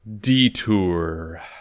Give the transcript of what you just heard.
Detour